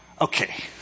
Okay